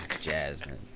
Jasmine